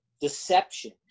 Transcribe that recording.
deception